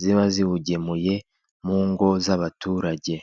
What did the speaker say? ziba ziwugemuye mu ngo z'abaturage.